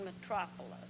metropolis